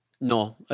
No